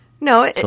No